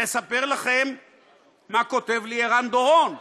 לספר לכם מה כותב לי ערן דורון,